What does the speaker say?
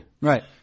Right